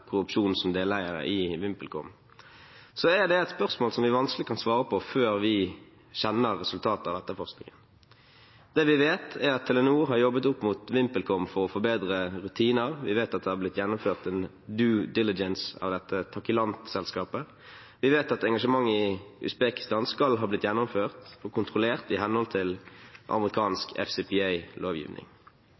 korrupsjon som deleier i VimpelCom, er det et spørsmål som vi vanskelig kan svare på før vi kjenner resultatet av etterforskningen. Det vi vet, er at Telenor har jobbet opp mot VimpelCom for å få bedre rutiner. Vi vet at det har blitt gjennomført en «due diligence» av dette Takilant-selskapet. Vi vet at engasjementet i Usbekistan skal ha blitt gjennomført og kontrollert i henhold til amerikansk